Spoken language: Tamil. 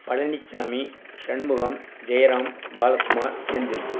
பழனிச்சாமி ஷண்முகம் ஜெயராம் பாலகுமார் செந்தில்